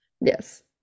Yes